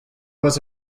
was